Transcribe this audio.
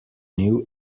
new